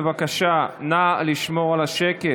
בבקשה, נא לשמור על שקט.